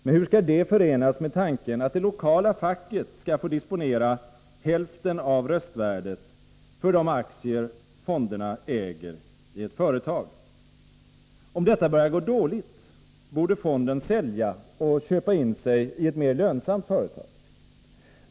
Men hur skall det förenas med tanken att det lokala facket skall få disponera hälften av röstvärdet för de aktier fonderna äger i ett företag? Om detta börjar gå dåligt, borde fonden sälja och köpa in sig i ett mera lönsamt företag.